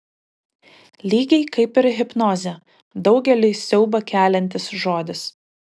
lygiai kaip ir hipnozė daugeliui siaubą keliantis žodis